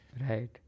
Right